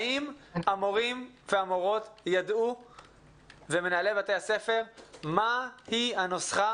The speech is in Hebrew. האם המורים והמנהלים ידעו מה היא הנוסחה